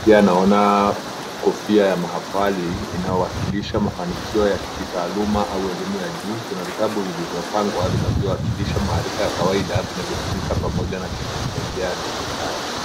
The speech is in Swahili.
Pia naona kofia ya mahafali inayowakilisha mafanikio ya kitaaluma au elimu ya juu. Kuna vitabu vilivyopangwa vinavyowakilisha maarifa ya kawaida vinavyotumika pamoja na teknolojia ya dijitali.